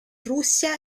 russia